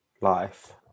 life